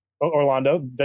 Orlando